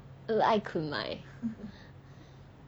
le ai kun mai